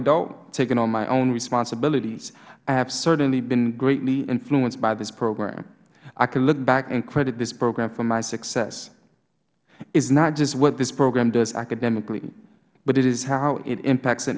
adult taking on my own responsibilities i have certainly been greatly influenced by this program i can look back and credit this program for my success it's not just what this program does academically but it is how it impacts